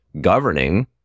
governing